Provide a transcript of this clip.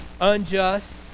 unjust